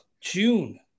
June